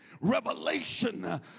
revelation